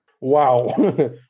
Wow